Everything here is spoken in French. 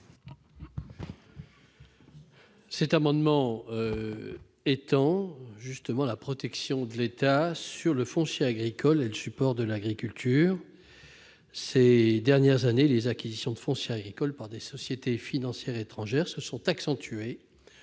Cet amendement étend la protection de l'État au foncier agricole, qui est le support de l'agriculture. Ces dernières années, les acquisitions de foncier agricole par des sociétés financières étrangères se sont accentuées.